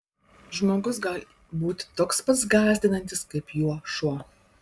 žmogus gali būti toks pats gąsdinantis kaip juo šuo